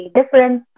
different